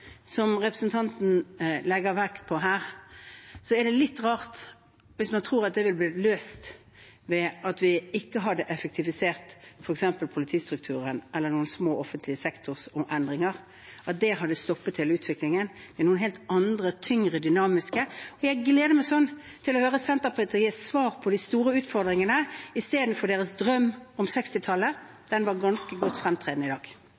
som representanten legger an til her, er det litt rart hvis man tror at dette ville blitt løst hvis vi ikke hadde effektivisert f.eks. politistrukturen eller ved noen små offentlige sektorendringer, at det hadde stoppet hele utviklingen. Det er noe helt annet, tyngre og dynamisk. Jeg gleder meg til å høre Senterpartiets svar på de store utfordringene istedenfor deres drøm om 1960-tallet. Den var ganske fremtredende i dag.